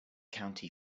county